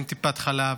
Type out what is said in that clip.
אין טיפת חלב,